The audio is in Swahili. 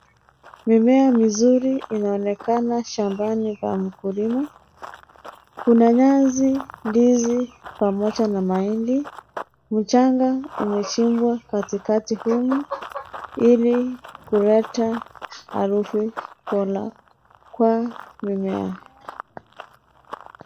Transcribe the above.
Mimea mizuri inaonekana shambani pa mkulima kuna nyasi, ndizi pamoja na mahindi. Mchanga umechimbwa katikati humu ili kuleta harufu bora kwa mimea.